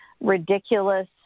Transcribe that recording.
ridiculous